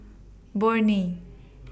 Burnie